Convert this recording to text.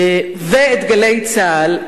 ואת "גלי צה"ל",